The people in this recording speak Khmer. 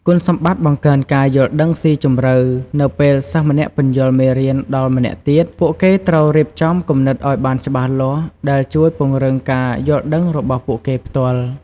គុណសម្បត្តិបង្កើនការយល់ដឹងស៊ីជម្រៅ នៅពេលសិស្សម្នាក់ពន្យល់មេរៀនដល់ម្នាក់ទៀត ពួកគេត្រូវរៀបចំគំនិតឲ្យបានច្បាស់លាស់ ដែលជួយពង្រឹងការយល់ដឹងរបស់ពួកគេផ្ទាល់។